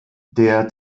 der